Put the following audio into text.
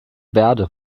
verde